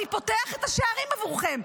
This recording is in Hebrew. אני פותח את השערים עבורכם.